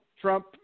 Trump